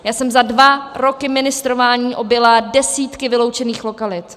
Já jsem za dva roky ministrování objela desítky vyloučených lokalit.